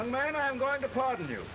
american i am going to pardon you